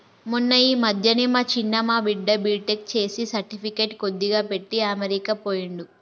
మొన్న ఈ మధ్యనే మా చిన్న మా బిడ్డ బీటెక్ చేసి సర్టిఫికెట్లు కొద్దిగా పెట్టి అమెరికా పోయిండు